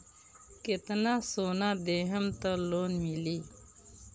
कितना सोना देहम त लोन मिली?